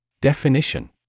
Definition